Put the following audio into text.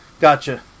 Gotcha